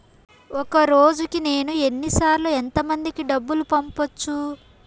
ఒక రోజుకి నేను ఎన్ని సార్లు ఎంత మందికి డబ్బులు పంపొచ్చు?